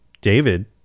David